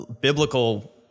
biblical